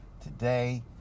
today